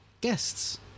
Guests